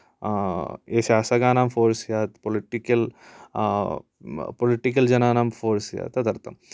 ये शासकानां फोर्स् स्यात् पोलिटिकल् पोलिटिकल् जनानां फोर्स् स्यात् तदर्थम्